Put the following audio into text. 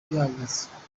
rihagaze